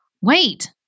wait